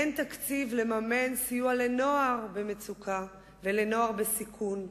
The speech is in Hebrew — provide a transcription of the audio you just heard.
אין תקציב לממן סיוע לנוער במצוקה ולנוער בסיכון.